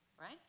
right